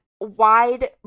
wide